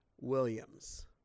Williams